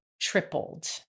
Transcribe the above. Tripled